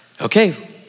okay